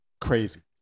Crazy